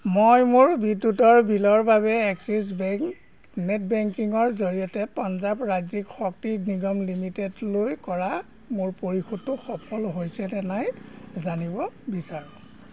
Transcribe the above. মই মোৰ বিদ্যুতৰ বিলৰ বাবে এক্সিছ বেংক নেট বেংকিঙৰ জৰিয়তে পঞ্জাৱ ৰাজ্যিক শক্তি নিগম লিমিটেডলৈ কৰা মোৰ পৰিশোধটো সফল হৈছে নে নাই জানিব বিচাৰোঁ